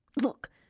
Look